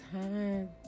time